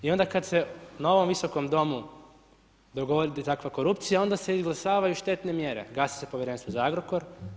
I onda kad se na ovom Visokom domu dogodi takva korupcija, onda se izglasavaju štetne mjere, gasi se Povjerenstvo za Agrokor.